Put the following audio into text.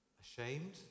ashamed